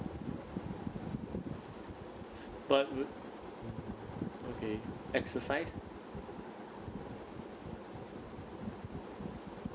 but w~ okay exercise